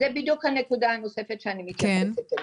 זו בדיוק הנקודה הנוספת שאני הולכת להתייחס אליה.